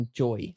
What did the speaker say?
joy